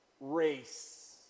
race